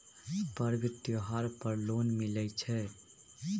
पर्व त्योहार पर लोन मिले छै?